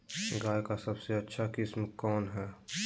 गाय का सबसे अच्छा किस्म कौन हैं?